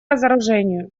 разоружению